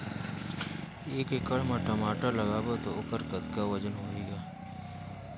एक एकड़ म टमाटर लगाबो तो ओकर कतका वजन होही ग?